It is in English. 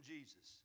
Jesus